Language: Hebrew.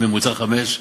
ממוצע 5,